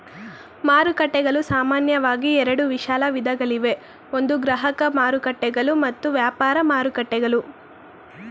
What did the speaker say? ಮಾರುಕಟ್ಟೆಗಳು ಸಾಮಾನ್ಯವಾಗಿ ಎರಡು ವಿಶಾಲ ವಿಧಗಳಿವೆ ಒಂದು ಗ್ರಾಹಕ ಮಾರುಕಟ್ಟೆಗಳು ಮತ್ತು ವ್ಯಾಪಾರ ಮಾರುಕಟ್ಟೆಗಳು